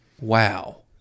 wow